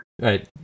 Right